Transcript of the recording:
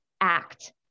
act